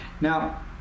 now